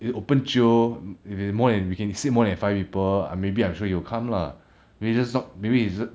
it open jio if there's more than we can sit more than five people err maybe I'm sure he will come lah maybe just not maybe is just